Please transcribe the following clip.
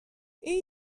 این